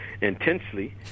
intensely